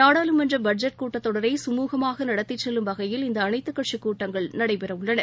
நாடாளுமன்றபட்ஜெட் கூட்டத் தொடரைகமுகமாகநடத்திச் செல்லும் வகையில் இந்தஅனைத்துக் கட்சிக் கூட்டங்கள் நடைபெறஉள்ளன